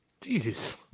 Jesus